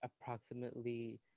approximately